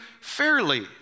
fairly